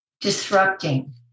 disrupting